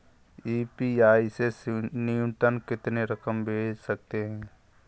UPI से न्यूनतम कितनी रकम भेज सकते हैं?